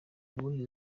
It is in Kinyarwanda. ubundi